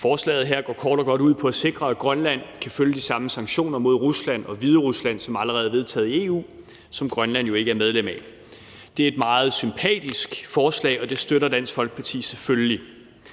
Forslaget her går kort og godt ud på at sikre, at Grønland kan følge de samme sanktioner mod Rusland og Hviderusland, som allerede er vedtaget i EU, som Grønland jo ikke er medlem af. Det er et meget sympatisk forslag, og det støtter Dansk Folkeparti selvfølgelig.